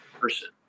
person